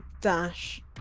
dash